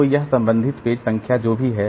तो यह संबंधित पेज संख्या जो भी है